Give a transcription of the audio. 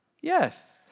Yes